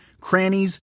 crannies